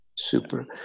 Super